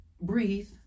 breathe